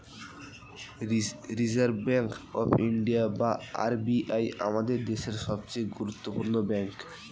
reserve bank of India বা RBI আমাদের দেশের সবচেয়ে গুরুত্বপূর্ণ ব্যাঙ্ক